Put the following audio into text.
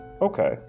Okay